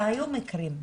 והיו מקרים,